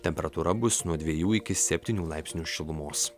temperatūra bus nuo dviejų iki septynių laipsnių šilumos